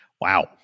Wow